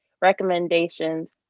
recommendations